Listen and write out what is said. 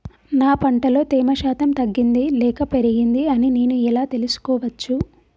నా పంట లో తేమ శాతం తగ్గింది లేక పెరిగింది అని నేను ఎలా తెలుసుకోవచ్చు?